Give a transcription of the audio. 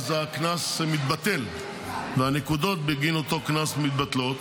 הקנס מתבטל, והנקודות בגין אותו קנס מתבטלות.